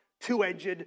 two-edged